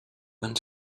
van